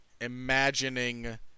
imagining